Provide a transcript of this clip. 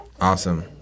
Awesome